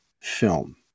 film